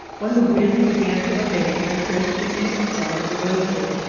when the wind began to abate, i traced the east side of the glacier.